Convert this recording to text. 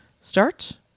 start